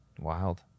Wild